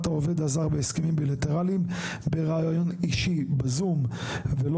העובד הזר בהסכמים בילטרליים בראיון אישי בזום ולא